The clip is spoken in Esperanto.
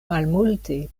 malmulte